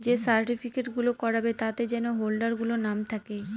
যে সার্টিফিকেট গুলো করাবে তাতে যেন হোল্ডার গুলোর নাম থাকে